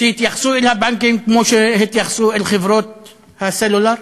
שיתייחסו לבנקים כמו שהתייחסו לחברות הסלולר,